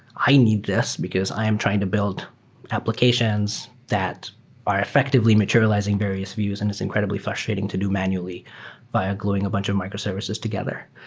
i need this because i am trying to build applications that are effectively materializing various views and it's incredibly frustrating to do manually via gluing a bunch of microservices together,